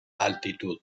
altitud